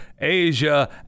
asia